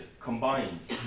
combines